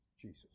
Jesus